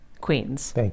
Queens